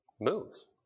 moves